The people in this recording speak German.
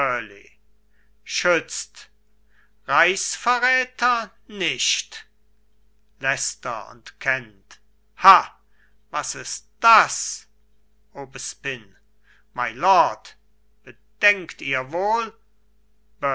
schützt reichsverräter nicht leicester und kent ha was ist das aubespine mylord bedenkt ihr wohl